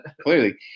Clearly